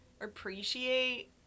appreciate